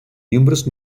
numerous